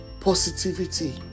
positivity